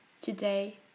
today